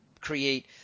create